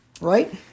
right